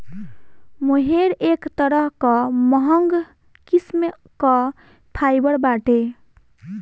मोहेर एक तरह कअ महंग किस्म कअ फाइबर बाटे